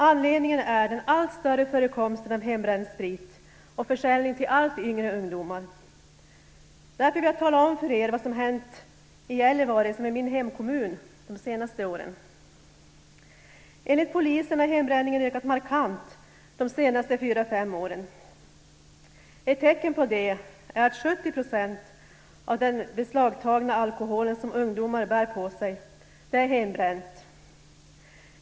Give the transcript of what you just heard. Anledningen är den allt större förekomsten av hembränd sprit och försäljning till allt yngre ungdomar. Därför vill jag tala om för er vad som hänt i min hemkommun Gällivare de senaste åren. Enligt polisen har hembränningen ökat markant de senaste fyra fem åren. Ett tecken är att 70 % av den beslagtagna alkohol som ungdomar bär på sig är hembränd.